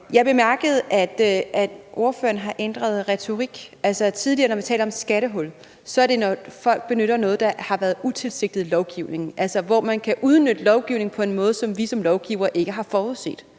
Jeg bemærkede, at ordføreren har ændret retorik. Tidligere, når vi talte om skattehul, var det, når folk benyttede noget, der var utilsigtet lovgivning – altså hvor man kan udnytte lovgivning på en måde, som vi som lovgivere ikke har forudset.